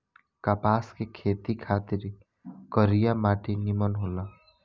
कपास के खेती खातिर करिया माटी निमन होला